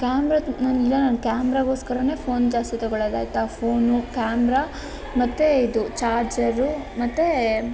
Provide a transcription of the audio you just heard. camera ನಾನೀಗ ಕ್ಯಾಮ್ರಗೋಸ್ಕರನೇ phone ಜಾಸ್ತಿ ತಗಳದಾಯ್ತಾ ಫೋನ್ ಕ್ಯಾಮ್ರ ಮತ್ತು ಇದು ಚಾರ್ಜರು ಮತ್ತು